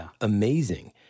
amazing